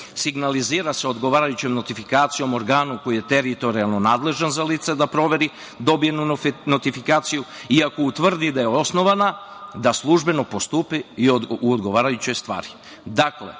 Signalizira se odgovarajućom notifikacijom organu koji je teritorijalno nadležan za lica da proveri, dobije notifikaciju, i ako utvrdi da je osnovana, da službeno postupi u odgovarajućoj stvari.